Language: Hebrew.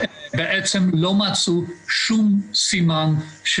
כי אני מדבר על קבוצת אנשים שפונה אלינו